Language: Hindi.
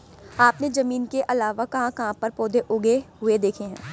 आपने जमीन के अलावा कहाँ कहाँ पर पौधे उगे हुए देखे हैं?